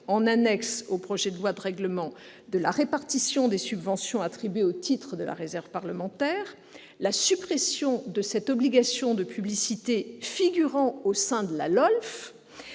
en annexe au projet de loi de règlement, de la répartition des subventions attribuées au titre de la " réserve parlementaire ", la suppression de cette obligation de publicité figurant au sein de la loi